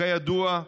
כידוע,